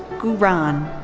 gu ran.